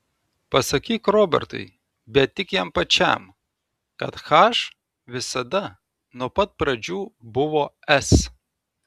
pasakyk robertui bet tik jam pačiam kad h visada nuo pat pradžių buvo s